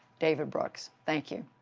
david brooks. thank you.